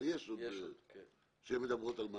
ועל מה אותן תקנות מדברות?